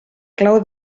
clau